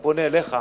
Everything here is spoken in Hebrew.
אני פונה אליך,